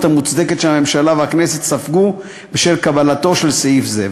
המוצדקת שהממשלה והכנסת ספגו בשל קבלתו של סעיף זה.